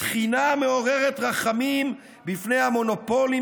תחינה מעוררת רחמים בפני המונופולים